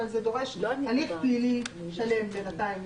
אבל זה דורש הליך פלילי שלם בינתיים,